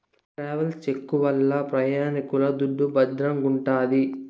travels cheque వల్ల ప్రయాణికుల దుడ్డు భద్రంగుంటాది